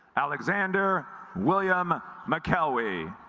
alexander william mcelwee